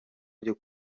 byo